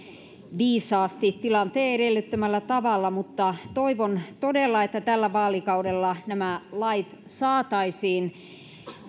viisaasti tilanteen edellyttämällä tavalla mutta toivon todella että tällä vaalikaudella nämä lait saataisiin